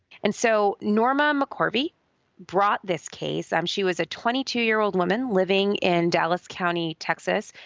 and so norma mccorvey brought this case. um she was a twenty two year old woman living in dallas county, texas,